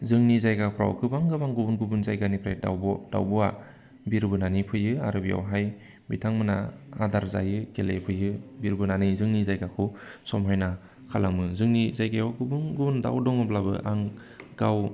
जोंनि जायगाफ्राव गोबां गोबां गुबुन गुबुन जायगानिफ्राय दाउब'आ बिरबोनानै फैयो आरो बेयावहाय बिथांमोना आदार जायो गेलेफैयो बिरबोनानै जोंनि जायगाखौ समायना खालामो जोंनि जायगायाव गुबुन गुबुन दाउ दङब्लाबो आं गाव